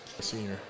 Senior